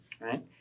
right